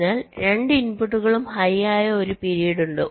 അതിനാൽ രണ്ട് ഇൻപുട്ടുകളും ഹൈ ആയ ഒരു പീരീഡ് ഉണ്ട്